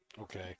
okay